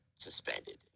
suspended